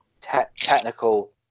technical